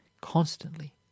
constantly